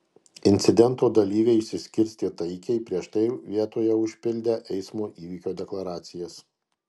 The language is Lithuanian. incidento dalyviai išsiskirstė taikiai prieš tai vietoje užpildę eismo įvykio deklaracijas